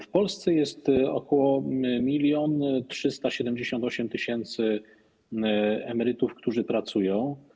W Polsce jest ok. 1378 tys. emerytów, którzy pracują.